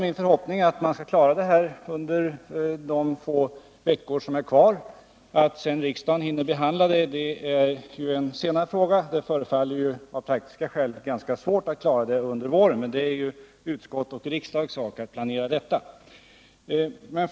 Min förhoppning är att man skall kunna klara det här under de få veckor som återstår. Om riksdagen hinner behandla förslaget blir en senare fråga. Av praktiska skäl förefaller det bli svårt att klara detta under våren. Men det är ju utskottens och riksdagens sak att planera sådant.